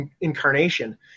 incarnation